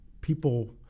people